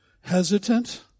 Hesitant